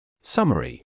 Summary